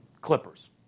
Clippers